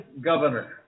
governor